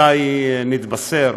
מתי נתבשר,